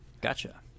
Gotcha